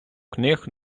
книг